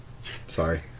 Sorry